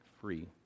free